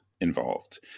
involved